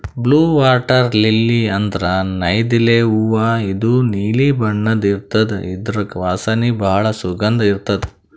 blue water lily ಅಂದ್ರ ನೈದಿಲೆ ಹೂವಾ ಇದು ನೀಲಿ ಬಣ್ಣದ್ ಇರ್ತದ್ ಇದ್ರ್ ವಾಸನಿ ಭಾಳ್ ಸುಗಂಧ್ ಇರ್ತದ್